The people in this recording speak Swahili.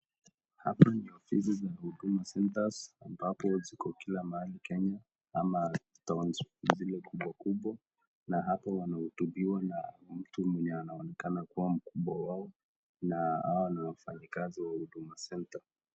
Hapa ni ofisi za huduma center , hapo ziko kila mahali kenya ama towns zile kubwakubwa , na hapo wanahurubiwa na mtu mwenye anaonekana kuwa mkubwa wao, na hao ni wafanyikazi wa huduma center .